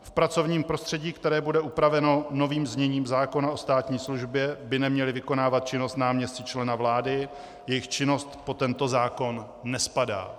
V pracovním prostředí, které bude upraveno novým zněním zákona o státní službě, by neměli vykonávat činnost náměstci člena vlády, jejich činnost pod tento zákon nespadá.